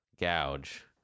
gouge